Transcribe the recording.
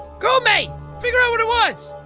go mae! figure out what it was